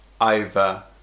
over